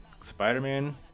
Spider-Man